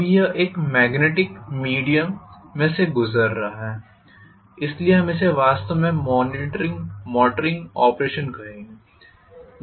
अब यह एक मेग्नेटिक मीडियम में से गुजर रहा है इसलिए हम इसे वास्तव में मोटरिंग ऑपरेशन कहेंगे